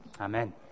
Amen